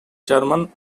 german